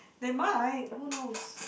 they might who knows